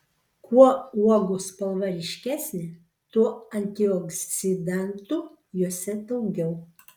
kuo uogų spalva ryškesnė tuo antioksidantų jose daugiau